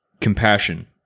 Compassion